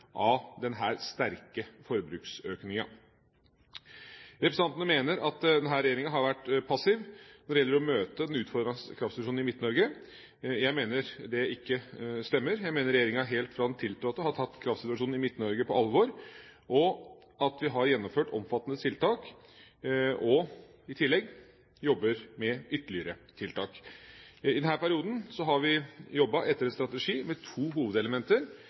av denne sterke forbruksøkningen. Representantene mener at denne regjeringa har vært passiv når det gjelder å møte den utfordrende kraftsituasjonen i Midt-Norge. Jeg mener det ikke stemmer. Jeg mener regjeringa helt fra den tiltrådte, har tatt kraftsituasjonen i Midt-Norge på alvor, og at vi har gjennomført omfattende tiltak. I tillegg jobber vi med ytterligere tiltak. I denne perioden har vi jobbet etter en strategi med to hovedelementer.